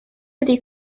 ydy